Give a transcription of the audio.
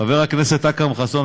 חבר הכנסת אכרם חסון,